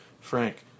Frank